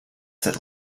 that